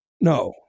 No